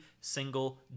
single